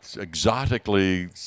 exotically